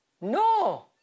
No